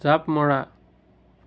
জাঁপ মৰা